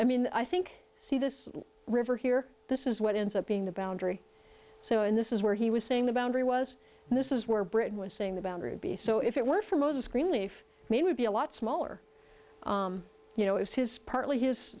i mean i think see this river here this is what ends up being the boundary so and this is where he was saying the boundary was and this is where britain was saying the boundary be so if it weren't for moses greenleaf me would be a lot smaller you know it's his partly his